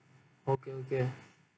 okay okay